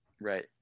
Right